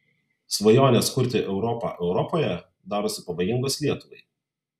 svajonės kurti europą europoje darosi pavojingos lietuvai